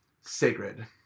sacred